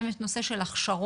יש נושא של הכשרות